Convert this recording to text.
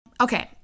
Okay